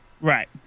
Right